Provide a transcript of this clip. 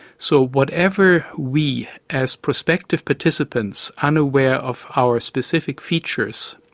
so whatever we as prospective participants, unaware of our specific features,